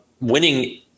winning